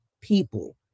people